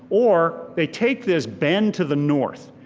or they take this bend to the north,